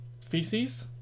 Feces